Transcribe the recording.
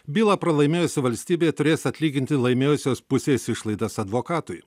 bylą pralaimėjusi valstybė turės atlyginti laimėjusios pusės išlaidas advokatui